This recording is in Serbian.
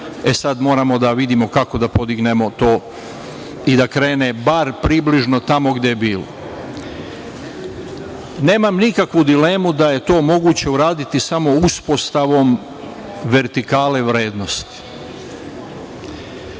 sad moramo da vidimo kako da podignemo to i da krene bar približno tamo gde je bilo. Nemam nikakvu dilemu da je to moguće uraditi samo uspostavom vertikale vrednosti.